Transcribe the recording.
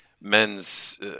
men's